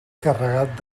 carregat